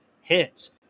hits